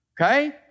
okay